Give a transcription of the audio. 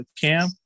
Cam